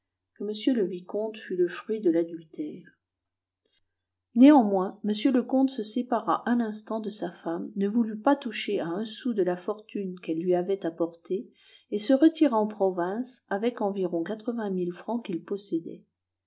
m le vicomte fût le fruit de l'adultère néanmoins m le comte se sépara à l'instant de sa femme ne voulut pas toucher à un sou de la fortune qu'elle lui avait apportée et se retira en province avec environ quatre-vingt mille francs qu'il possédait